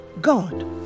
God